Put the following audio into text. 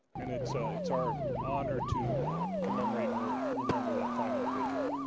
and it's it's our honor to to commemorate remember that fine individual,